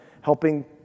helping